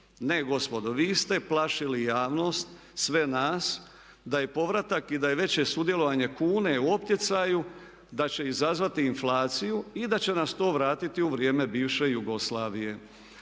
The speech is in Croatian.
Ne gospodo, vi ste plašili javnost, sve nas da je povratak i da je veće sudjelovanje kune u optjecaju da će izazvati inflaciju i da će nas to vratiti u vrijeme bivše Jugoslavije.